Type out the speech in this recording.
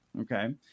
Okay